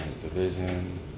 Division